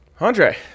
Andre